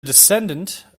descendant